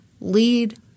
lead